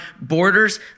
borders